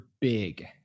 Big